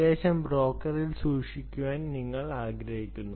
സന്ദേശം ബ്രോക്കറിൽ സൂക്ഷിക്കാൻ നിങ്ങൾ ആഗ്രഹിക്കുന്നു